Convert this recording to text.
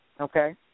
Okay